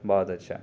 بہت اچھا